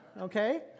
okay